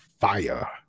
Fire